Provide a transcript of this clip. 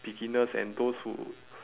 beginners and those who